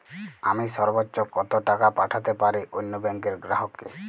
আমি সর্বোচ্চ কতো টাকা পাঠাতে পারি অন্য ব্যাংকের গ্রাহক কে?